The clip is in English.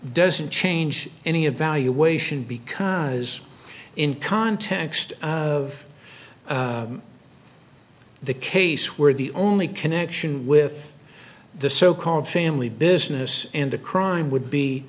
doesn't change any of valuation because in context of the case where the only connection with the so called family business in the crime would be